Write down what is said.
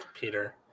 Peter